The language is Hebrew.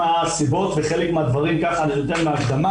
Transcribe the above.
כיוון שאנחנו לא יודעים מה שייך למדינה